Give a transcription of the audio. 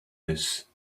this